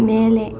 ಮೇಲೆ